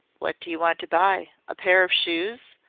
what do you want to buy? a pair of shoes?